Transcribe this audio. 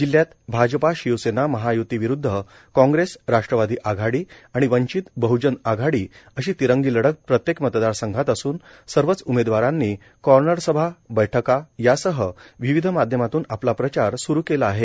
जिल्ह्यात भाजपा शिवसेना महायूती विरुद्ध काँग्रेस राष्ट्रवादी आघाडी आणि वंचित बहजन आघाडी अशी तिरंगी लढत प्रत्येक मतदार संघात असून सर्वच उमेदवारांनी कॉर्नर सभा बैठका यासह विविध माध्यमातून आपला प्रचार सुरू केला आहे